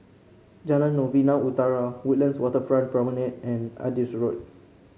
Jalan Novena Utara Woodlands Waterfront Promenade and Adis Road